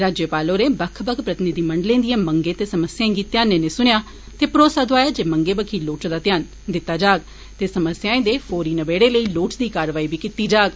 राज्यपाल होरें बक्ख बक्ख प्रतिनिधिमंडलें दिएं मंगै ते समस्याएं गी ध्यानै नै सुनेआ ते भरोसा दोआया जे मंगै बक्खी लोड़चदा ध्यान दिता जाग ते समस्याएं दे फौरी नबेडे लेई लोड़चदी कारवाई बी कीती जाग